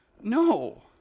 no